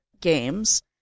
games